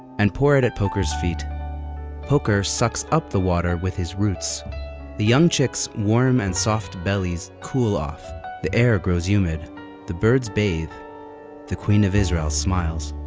and pour it at poker's feet poker sucks up the water with his roots the young chicks' warm and soft bellies cool off the air grows humid the birds bathe the queen of israel smiles